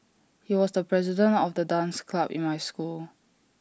he was the president of the dance club in my school